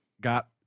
got